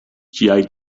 ĝiaj